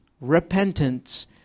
repentance